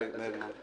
ברגמן.